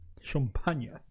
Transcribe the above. Champagne